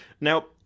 Now